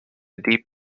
deep